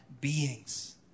beings